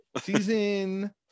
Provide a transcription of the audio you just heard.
season